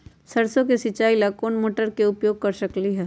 सरसों के सिचाई ला कोंन मोटर के उपयोग कर सकली ह?